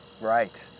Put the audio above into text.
Right